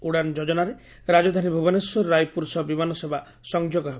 ଉଡାନ୍ ଯୋଜନାରେ ରାଜଧାନୀ ଭୁବନେଶ୍ୱର ରାୟପୁର ସହ ବିମାନ ସେବା ସଂଯୋଗ ହେବ